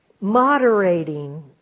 moderating